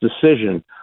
decision